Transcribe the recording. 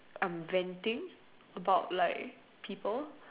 I'm venting about like people